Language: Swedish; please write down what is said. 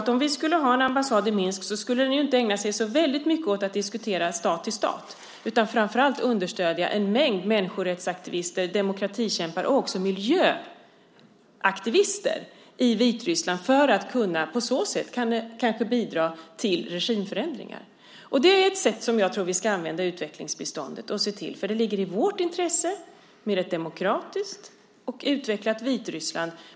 Om vi skulle ha en ambassad i Minsk skulle den inte ägna sig så mycket åt att diskutera stat till stat, utan framför allt åt att understödja en mängd människorättsaktivister, demokratikämpar och även miljöaktivister i Vitryssland. På så sätt skulle man kanske kunna bidra till regimförändringar. Det är ett sätt som jag tror att vi ska använda utvecklingsbiståndet på. Ett demokratiskt och utvecklat Vitryssland ligger i vårt intresse.